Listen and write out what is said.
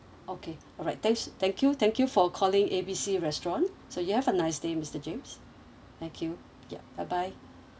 okay alright thanks thank you thank you for calling A B C restaurant so you have a nice day mister james thank you ya bye bye